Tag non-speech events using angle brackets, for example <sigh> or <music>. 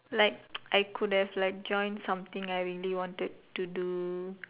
like <noise> I could have like joined something I really wanted to do